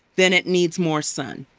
then it needs more sun.